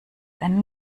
einen